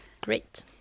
Great